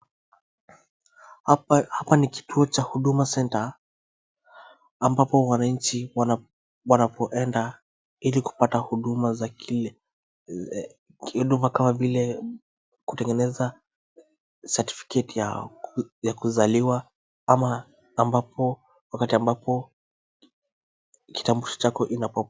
Hapa, hapa ni kituo cha Huduma Center, ambapo wananchi wana, wanapoenda ili kupata huduma za, huduma kama vile, kutengeneza certificate ya kuzaliwa, ama wakati ambapo kitamblisho chako kinapo...